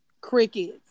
Crickets